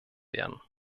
werden